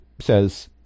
says